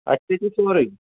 اَسہِ نِش چھِ سورُے